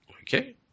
Okay